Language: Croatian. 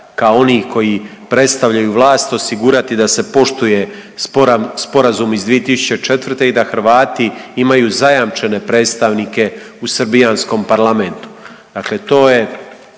kao onih koji predstavljaju vlast osigurati da se poštuje Sporazum iz 2004. i da Hrvati imaju zajamčene predstavnike u srbijanskom parlamentu.